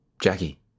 Jackie